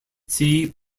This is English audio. see